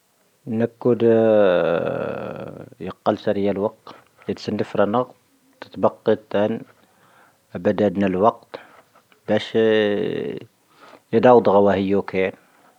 ⵏⴽⵓⴷ ⵢⵓⴽⴰⵍ ⵙⴰⵔⵉⵢⴰⵍ ⵡⴰⴽⵉⵜ, ⵉⵜ'ⵙ ⵉⵏⴷⵉⴼⵔⴰⵏⴰⴳ, ⵜⵜⴱⴰⵇⵉⵜ ⵏⴰⴱⴰⴷⴰⴷⵏⴰ ⵍⵡⴰⴽⵉⵜ, ⴱⴰⵙⵀⴻ ⵢⴰⴷⴰⵡ ⴷⴳⴰⵡⴰⵀⵉⵢo ⴽⵢⴰ.